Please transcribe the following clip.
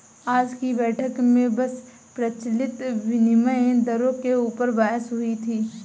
आज की बैठक में बस प्रचलित विनिमय दरों के ऊपर बहस हुई थी